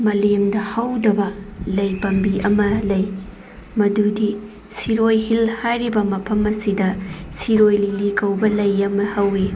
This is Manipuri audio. ꯃꯥꯂꯦꯝꯗ ꯍꯧꯗꯕ ꯂꯩ ꯄꯥꯝꯕꯤ ꯑꯃ ꯂꯩ ꯃꯗꯨꯗꯤ ꯁꯤꯔꯣꯏ ꯍꯤꯜ ꯍꯥꯏꯔꯤꯕ ꯃꯐꯝ ꯑꯁꯤꯗ ꯁꯤꯔꯣꯏ ꯂꯤꯂꯤ ꯀꯧꯕ ꯂꯩ ꯑꯃ ꯍꯧꯋꯤ